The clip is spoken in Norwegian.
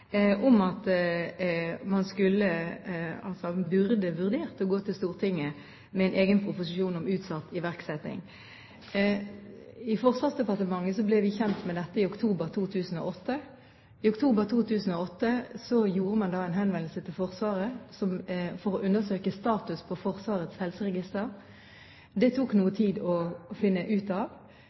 Stortinget med en egen proposisjon om utsatt iverksetting. I Forsvarsdepartementet ble vi kjent med dette i oktober 2008. I oktober 2008 gjorde man en henvendelse til Forsvaret for å undersøke status på Forsvarets helseregister. Det tok noe tid å finne ut av.